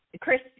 Chris